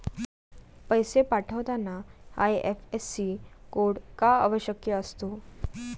पैसे पाठवताना IFSC code का आवश्यक असतो?